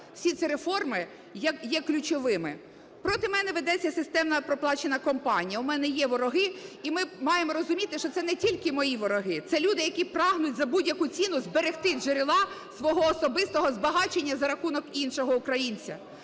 всі ці реформи є ключовими. Проти мене ведеться системна проплачена кампанія. У мене є вороги. І ми маємо розуміти, що це не тільки мої вороги, це люди, які прагнуть за будь-яку ціну зберегти джерела свого особистого збагачення за рахунок іншого українця.